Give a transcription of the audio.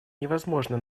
невозможны